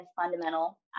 fundamental